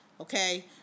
okay